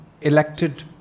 elected